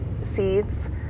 seeds